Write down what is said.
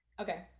Okay